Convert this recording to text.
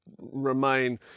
remain